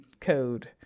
code